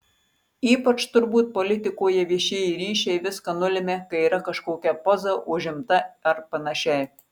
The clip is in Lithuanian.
ypač turbūt politikoje viešieji ryšiai viską nulemia kai yra kažkokia poza užimta ar panašiai